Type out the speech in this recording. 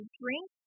drink